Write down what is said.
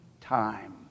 time